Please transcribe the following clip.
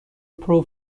پرو